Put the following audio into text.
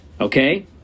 okay